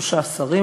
שלושה שרים,